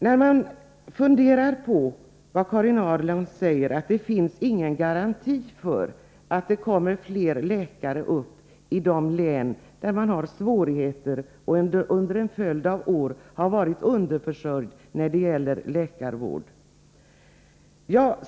Karin Ahrland sade att det inte finns någon garanti för att det kommer fler läkare till de län som har svårigheter och som under en följd av år har varit underförsörjda när det gäller läkarvård.